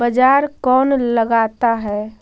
बाजार कौन लगाता है?